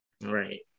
Right